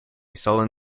sullen